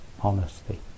honesty